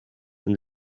and